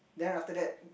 then after that